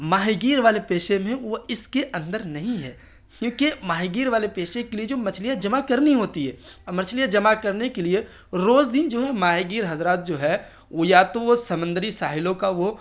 ماہی گیر والے پیشے میں وہ اس کے اندر نہیں ہے کیونکہ ماہی گیر والے پیشے کے لیے جو مچھلیاں جمع کرنی ہوتی ہے اورمچھلیاں جمع کرنے کے لیے روز دن جو ہے ماہی گیر حضرات جو ہے وہ یا تو وہ سمندری ساحلوں کا وہ